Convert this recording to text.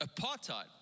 apartheid